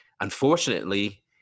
unfortunately